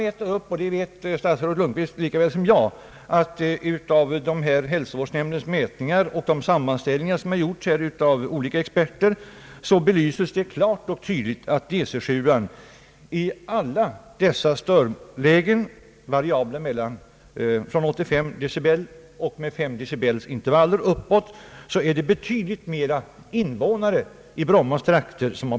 Statsrådet Lundkvist vet lika väl som jag att hälsovårdsnämndens mätningar och de sammanställningar som har gjorts av olika experter belyser klart och tydligt att DC 7:an i alla dessa störlägen, variabla uppåt från 85 decibel och med fem decibels intervaller, har stört betydligt fler invånare i brommatrakten.